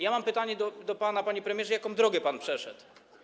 Ja mam pytanie do pana, panie premierze: Jaką drogę pan przeszedł?